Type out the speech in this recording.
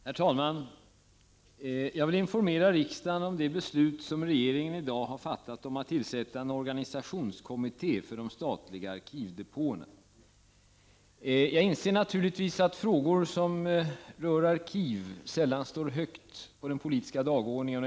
Herr talman! Jag vill informera riksdagen om det beslut som regeringen i dag har fattat om att tillsätta en organisationskommitté för de statliga arkivdepåerna. Jag inser naturligtvis att frågor som rör arkiv sällan står högt på den politiska dagordningen.